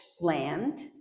land